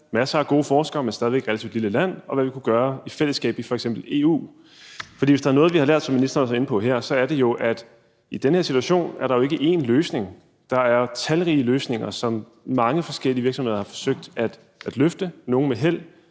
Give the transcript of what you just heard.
masser af gode forskere – men stadig væk et relativt lille land – og hvad vi kunne gøre i fællesskab i f.eks. EU. For hvis der er noget, vi har lært, som ministeren også var inde på her, er det jo, at der i den her situation ikke er én løsning; der er talrige løsninger, som mange forskellige virksomheder har forsøgt at finde – nogle med held,